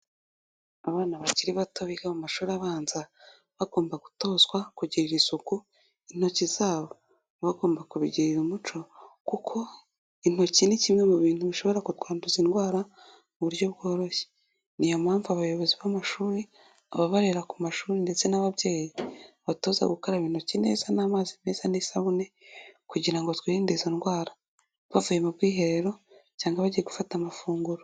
Abana bakiri bato biga mu mashuri abanza, bagomba gutozwa kugirira isuku intoki zabo, bagomba kubigirira umuco, kuko intoki ni kimwe mu bintu bishobora kutwanduza indwara mu buryo bworoshye. Ni iyompamvu abayobozi b'amashuri, ababarera ku mashuri ndetse n'ababyeyi, babatoza gukaraba intoki neza n'amazi meza n'isabune, kugira ngo twirinde izo ndwara. Bavuye mu bwiherero, cyangwa bajyiye gufata amafunguro.